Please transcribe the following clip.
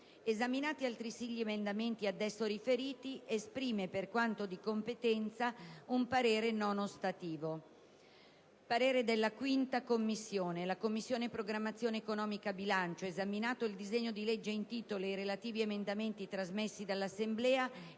Esaminati altresì gli emendamenti ad esso riferiti, esprime, per quanto di competenza, un parere non ostativo.». «La Commissione programmazione economica, bilancio, esaminato il disegno di legge in titolo ed i relativi emendamenti trasmessi dall'Assemblea,